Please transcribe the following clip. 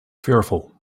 fearful